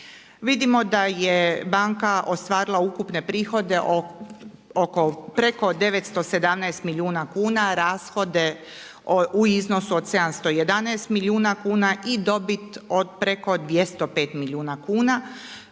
Vidimo da je banka ostvarila ukupne prihode oko preko 917 milijuna kuna, rashode u iznosu od 711 milijuna kuna i dobit od preko 205 milijuna kuna.